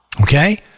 okay